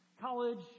college